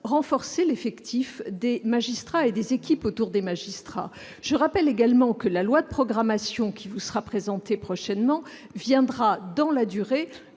renforcer l'effectif des magistrats et des équipes autour des magistrats, je rappelle également que la loi de programmation qui vous sera présenté prochainement viendra dans la durée,